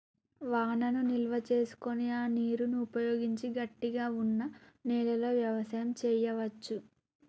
వానను నిల్వ చేసుకొని ఆ నీరును ఉపయోగించి గట్టిగ వున్నా నెలలో వ్యవసాయం చెయ్యవచు